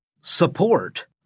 support